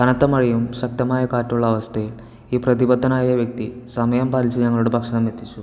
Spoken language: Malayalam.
കനത്ത മഴയും ശക്തമായ കാറ്റുമുള്ള അവസ്ഥയിൽ ഈ പ്രതിബദ്ധനായ വ്യക്തി സമയം പാലിച്ച് ഞങ്ങളുടെ ഭക്ഷണം എത്തിച്ചു